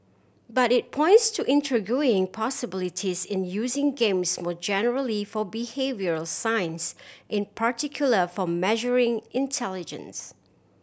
but it points to intriguing possibilities in using games more generally for behavioural science in particular for measuring intelligence